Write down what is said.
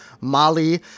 Mali